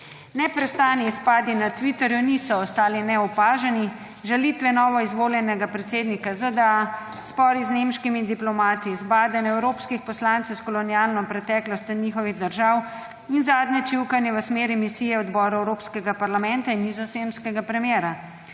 Neprestani izpadi na Twitterju niso ostali neopaženi. Žalitve novoizvoljenega predsednika ZDA, spori z nemškimi diplomati, zbadanje evropskih poslancev s kolonialno preteklostjo njihovih držav in zadnje čivkanje v smeri misije odborov Evropskega parlamenta in nizozemskega primera,